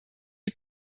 die